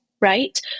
right